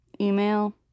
email